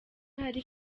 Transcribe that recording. hari